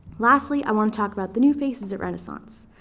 lastly, i wanna talk about the new faces at renaissance.